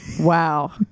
Wow